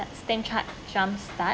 stan chart jump start